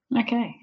okay